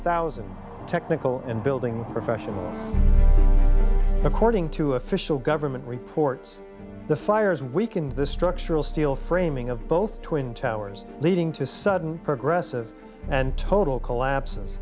thousand technical and building professionals according to official government reports the fires weakened the structural steel framing of both twin towers leading to a sudden progressive and total collapse